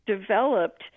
developed